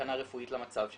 סכנה רפואית למצב שלו,